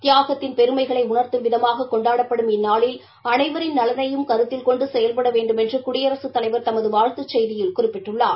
தியாகத்திள் பெருமைகளை உணர்த்தும் விதமாக கொண்டாடப்படும் இந்நாளில் அனைவரின் நலனையும் கருத்தில் கொண்டு செயல்பட வேண்டுமென்று குடியரசுத் தலைவா் தமது வாழ்த்துச் செய்தியில் குறிப்பிட்டுள்ளார்